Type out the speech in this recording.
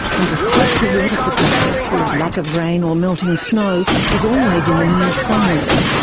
and the threat to water supplies through lack of rain or melting snow is always in the news somewhere.